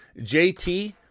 JT